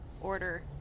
order